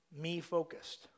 me-focused